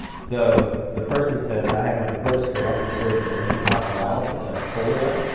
so the person says i had my first corrective surgery for infantile paralysis. that's polio.